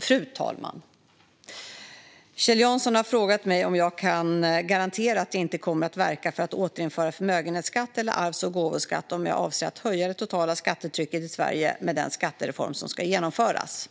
Fru talman! har frågat mig om jag kan garantera att jag inte kommer att verka för att återinföra förmögenhetsskatt eller arvs och gåvoskatt och om jag avser att höja det totala skattetrycket i Sverige med den skattereform som ska genomföras.